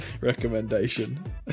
recommendation